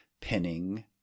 Pinning